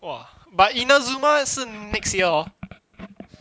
!wah! but inner zoomer 是 next year hor